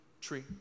tree